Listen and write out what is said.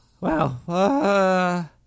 Wow